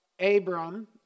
Abram